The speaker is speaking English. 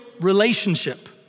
relationship